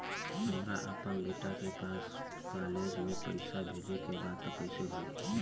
हमरा अपना बेटा के पास कॉलेज में पइसा बेजे के बा त कइसे होई?